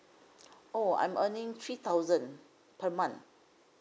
oh I'm earning three thousand per month